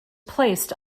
placed